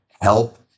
help